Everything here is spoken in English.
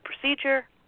procedure